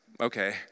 Okay